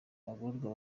abagororwa